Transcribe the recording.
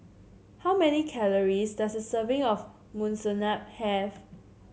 how many calories does a serving of Monsunabe have